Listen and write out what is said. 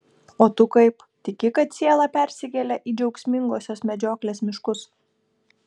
o tu kaip tiki kad siela persikelia į džiaugsmingosios medžioklės miškus